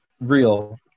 real